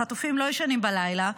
החטופים לא ישנים בלילה,